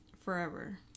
Forever